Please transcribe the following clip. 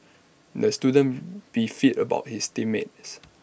the student beefed about his team mates